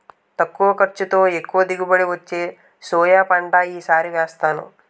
తక్కువ ఖర్చుతో, ఎక్కువ దిగుబడి వచ్చే సోయా పంట ఈ సారి వేసాను